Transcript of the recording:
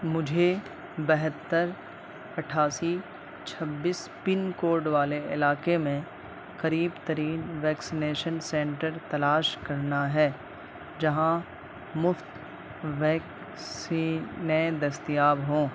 مجھے بہتر اٹھاسی چھبیس پنکوڈ والے علاقے میں قریب ترین ویکسینیشن سنٹر تلاش کرنا ہے جہاں مفت ویکسینیں دستیاب ہوں